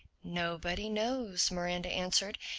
nobody knows, miranda answered.